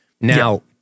Now